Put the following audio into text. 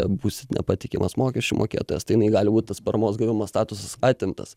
būsit nepatikimas mokesčių mokėtojas tai jinai gali būt tas paramos gavimo statusas atimtas